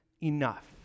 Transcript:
enough